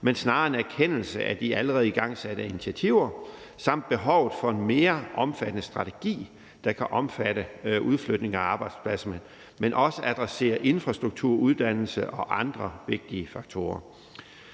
men snarere en erkendelse af de allerede igangsatte initiativer samt behovet for en mere omfattende strategi, der kan omfatte udflytning af arbejdspladser, men også adressere infrastruktur, uddannelse og andre vigtige faktorer.